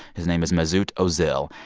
his name is mesut ozil,